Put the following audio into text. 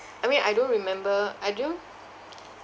I mean I don't remember I don't